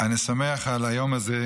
אני שמח על היום הזה,